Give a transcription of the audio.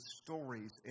stories